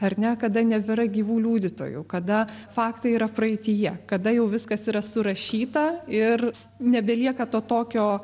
ar ne kada nebėra gyvų liudytojų kada faktai yra praeityje kada jau viskas yra surašyta ir nebelieka to tokio